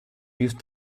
used